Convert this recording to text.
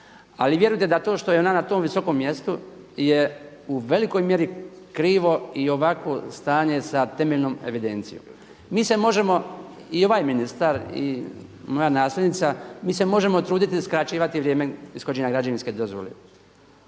ali vjerujte da je to što je ona na tom visokom mjestu je u velikoj mjeri krivo i ovakvo stanje sa temeljnom evidencijom. Mi se možemo i ovaj ministar i moja nasljednica, mi se možemo truditi skraćivati vrijeme ishođenja građevinske dozvole,